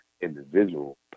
individual